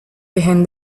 behind